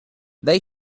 they